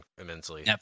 immensely